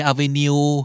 Avenue